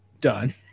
Done